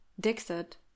Dixit